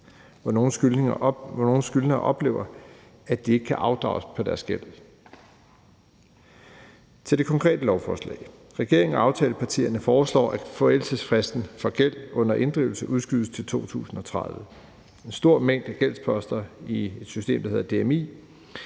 hvor nogle skyldnere oplever, at de ikke kan afdrage på deres gæld. Nu til det konkrete lovforslag. Regeringen og aftalepartierne foreslår, at forældelsesfristen for gæld under inddrivelse udskydes til 2030. En stor mængde gældsposter i det system, der hedder DMI,